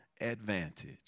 advantage